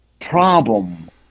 problem